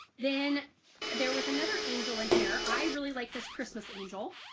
then there was another angel in here. i really like this christmas angel.